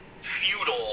feudal